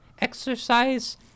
exercise